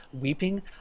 weeping